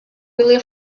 gwylio